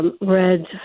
red